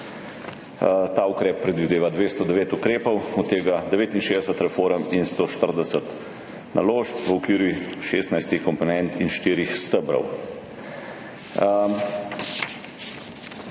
Ta ukrep predvideva 209 ukrepov, od tega 69 reform in 140 naložb v okviru 16 komponent in štirih